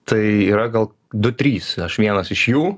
tai yra gal du trys aš vienas iš jų